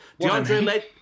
DeAndre